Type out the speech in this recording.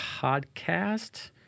podcast